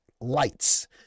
lights